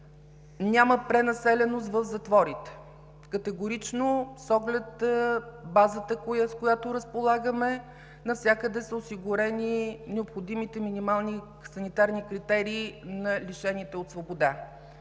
няма пренаселеност в затворите – категорично с оглед базата, с която разполагаме, навсякъде са осигурени необходимите минимални санитарни критерии на лишените от свобода.